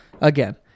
again